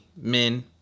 men